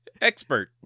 Expert